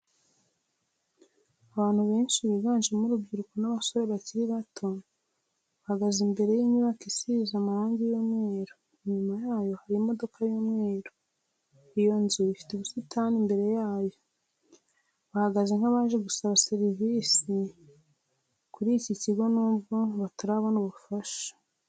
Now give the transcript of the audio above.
Abantu benshi biganjemo urubyiruko ni abasore bakiri bato bahagaze imbere y'inyubako isize marangi y'umweru, inyuma yabo hari imodoka y'umweru, iyo nzu ifite ubusitani imbere yayo, bahagaze nk'abaje gusaba serivisi muri iki kigo nubwo batarabona ubafasha.